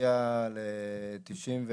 אבל אם אני רגע מדברת על אותם אנשים,